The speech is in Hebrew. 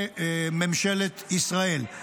לממשלת ישראל.